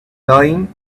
lying